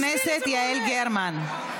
חברת הכנסת יעל גרמן,